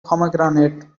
pomegranate